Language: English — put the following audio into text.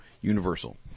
universal